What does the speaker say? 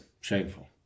Shameful